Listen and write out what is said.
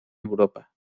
europa